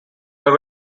were